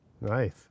nice